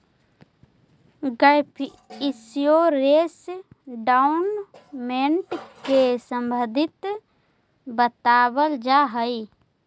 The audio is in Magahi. गैप इंश्योरेंस डाउन पेमेंट से संबंधित बतावल जाऽ हई